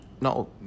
No